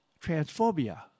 transphobia